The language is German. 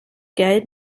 geld